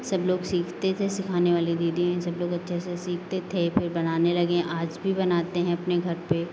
सब लोग सीखते थे सिखाने वाली दीदी सब अच्छे से सीखते थे फिर बनाने लगे आज भी बनाते हैं अपने घर पे